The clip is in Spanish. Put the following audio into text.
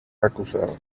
acusados